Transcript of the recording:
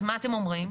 אז מה אתם אומרים?